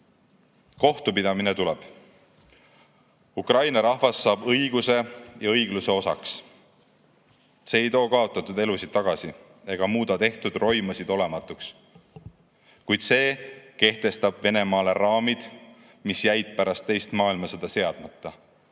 Kohtupidamine tuleb. Ukraina rahvas saab õiguse ja õigluse osaliseks. See ei too kaotatud elusid tagasi ega muuda tehtud roimasid olematuks, kuid see kehtestab Venemaale raamid, mis jäid pärast teist maailmasõda seadmata